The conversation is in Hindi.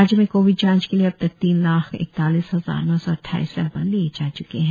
राज्य में कोविड जांच के लिए अबतक तीन लाख इकतालीस हजार नौ सौ अट्टाईस सैंपल लिए जा च्के है